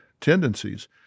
tendencies